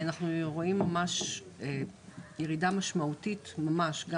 אנחנו רואים ירידה משמעותית ממש,